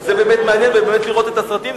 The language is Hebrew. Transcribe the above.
זה באמת מעניין, באמת, לראות את הסרטים.